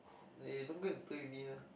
eh don't go and play with me lah